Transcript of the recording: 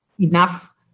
enough